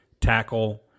tackle